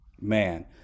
Man